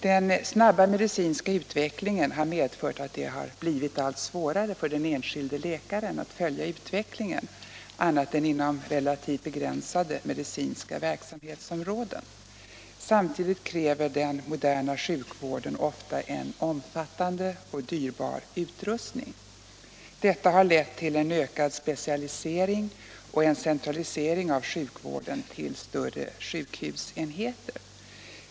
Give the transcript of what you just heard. Den snabba medicinska utvecklingen har medfört att det har blivit vissa negativa tendenser inom Sjukvården 9” vissa negativa tendenser inom Sjukvården allt svårare för den enskilde läkaren att följa utvecklingen annat än inom relativt begränsade medicinska verksamhetsområden. Samtidigt kräver den moderna sjukvården ofta en omfattande och dyrbar utrustning. Detta har lett till en ökad specialisering och en centralisering av sjukvården till större sjukhusenheter.